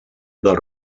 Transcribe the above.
del